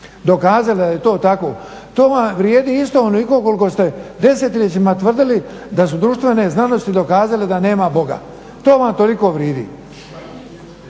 dokazale da je to tako to vam vrijedi isto onoliko koliko ste desetljećima tvrdili da su društvene znanosti dokazale da nema Boga. To vam toliko vrijedi.